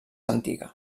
antiga